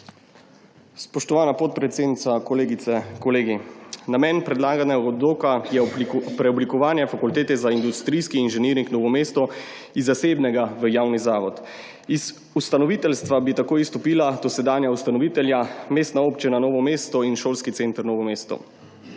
Spoštovana podpredsednica, kolegice, kolegi! Namen predlaganega odloka je preoblikovanje Fakultete za industrijski inženiring Novo mesto iz zasebnega v javni zavod. Iz ustanoviteljstva bi tako izstopila dosedanja ustanovitelja Mestna občina Novo mesto in Šolski center Novo mesto,